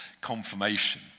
confirmation